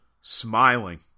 smiling